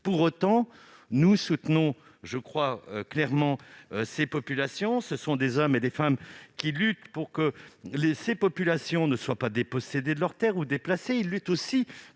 Pour autant, nous soutenons clairement ces populations. Leurs défenseurs sont des hommes et des femmes qui luttent pour que ces populations ne soient pas dépossédées de leurs terres ou déplacées. Ils luttent aussi